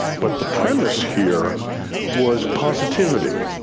but the premise here was positivity,